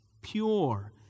pure